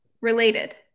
Related